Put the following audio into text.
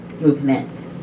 movement